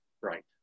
right